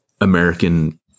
American